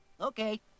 Okay